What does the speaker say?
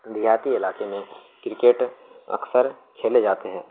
دیہاتی علاقے میں کرکٹ اکثر کھیلے جاتے ہیں